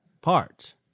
parts